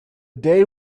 day